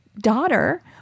daughter